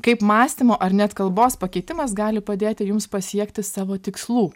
kaip mąstymo ar net kalbos pakeitimas gali padėti jums pasiekti savo tikslų